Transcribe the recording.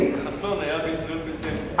חסון היה בישראל ביתנו אז.